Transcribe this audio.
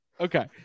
Okay